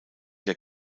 der